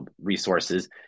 resources